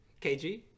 KG